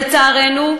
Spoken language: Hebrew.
לצערנו,